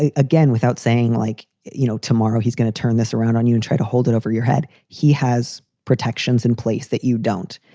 ah again, without saying, like, you know, tomorrow he's gonna turn this around on you and try to hold it over your head. he has protections in place that you don't.